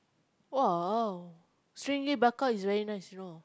!wow! stingray bakar is very nice you know